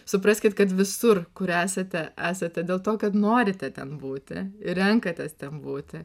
supraskit kad visur kur esate esate dėl to kad norite ten būti renkatės ten būti